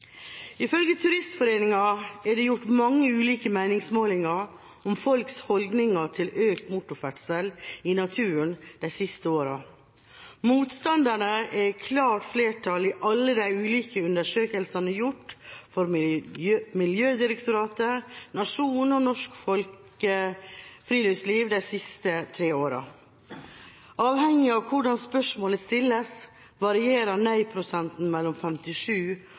Ifølge Turistforeningen er det gjort mange ulike meningsmålinger om folks holdninger til økt motorferdsel i naturen de siste åra. Motstanderne er i klart flertall i alle de ulike undersøkelsene gjort for Miljødirektoratet, Nationen og Norsk Friluftsliv de tre siste åra. Avhengig av hvordan spørsmålet stilles, varierer nei-prosenten mellom 57